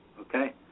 Okay